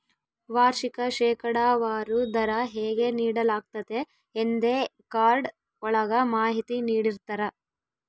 ವಾರ್ಷಿಕ ಶೇಕಡಾವಾರು ದರ ಹೇಗೆ ನೀಡಲಾಗ್ತತೆ ಎಂದೇ ಕಾರ್ಡ್ ಒಳಗ ಮಾಹಿತಿ ನೀಡಿರ್ತರ